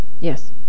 Yes